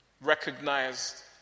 recognized